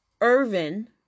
Irvin